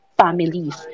families